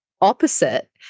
opposite